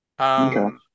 Okay